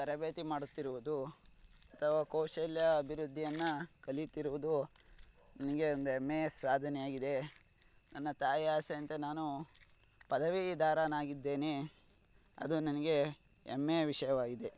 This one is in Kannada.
ನಾನು ತರಬೇತಿ ಮಾಡುತ್ತಿರುವುದು ಅಥವಾ ಕೌಶಲ್ಯ ಅಭಿವೃದ್ದಿಯನ್ನ ಕಲಿಯುತ್ತಿರುವುದು ನನಗೆ ಒಂದು ಹೆಮ್ಮೆಯ ಸಾಧನೆಯಾಗಿದೆ ನನ್ನ ತಾಯಿ ಆಸೆಯಂತೆ ನಾನು ಪದವೀಧರನಾಗಿದ್ದೇನೆ ಅದು ನನಗೆ ಹೆಮ್ಮೆಯ ವಿಷಯವಾಗಿದೆ